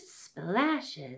splashes